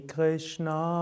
Krishna